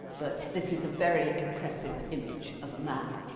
but this is a very impressive image of a man.